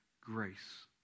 grace